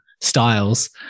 styles